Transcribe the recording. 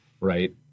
right